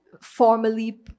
formally